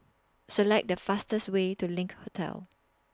Select The fastest Way to LINK Hotel